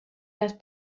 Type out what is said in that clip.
las